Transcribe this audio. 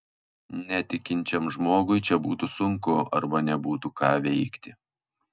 netikinčiam žmogui čia būtų sunku arba nebūtų ką veikti